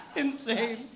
insane